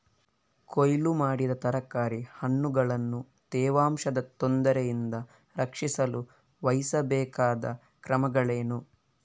ಕೊಯ್ಲು ಮಾಡಿದ ತರಕಾರಿ ಹಣ್ಣುಗಳನ್ನು ತೇವಾಂಶದ ತೊಂದರೆಯಿಂದ ರಕ್ಷಿಸಲು ವಹಿಸಬೇಕಾದ ಕ್ರಮಗಳೇನು?